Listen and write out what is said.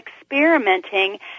experimenting